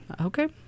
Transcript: Okay